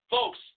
Folks